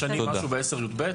משנים משהו ב-10יב?